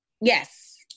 Yes